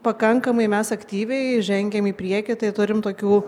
pakankamai mes aktyviai žengiam į priekį tai turim tokių